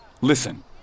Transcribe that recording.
Listen